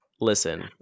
Listen